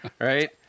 right